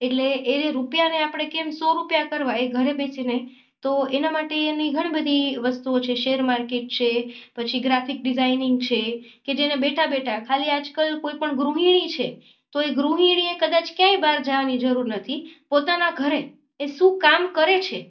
એટલે એ જે રૂપિયાને આપણે કેમ સો રૂપિયા કરવા એ ઘરે બેસીને તો એના માટે એની ઘણી બધી વસ્તુઓ છે શેર માર્કેટ છે પછી ગ્રાફિક ડીઝાઈનિંગ છે કે જેને બેઠાં બેઠાં ખાલી આજકાલ કોઈ પણ ગૃહિણી છે તો એ ગૃહિણીએ કદાચ ક્યાંય બહાર જવાની જરૂર નથી પોતાના ઘરે એ શું કામ કરે છે